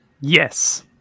Yes